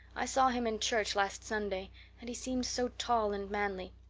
i saw him in church last sunday and he seemed so tall and manly.